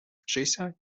вчися